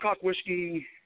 Whiskey